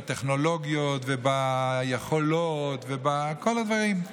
בטכנולוגיות וביכולות ובכל הדברים.